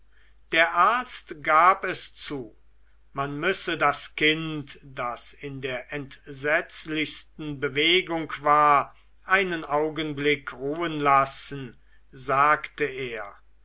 der arzt gab es zu man müsse das kind das in der entsetzlichsten bewegung war einen augenblick ruhen lassen sagte er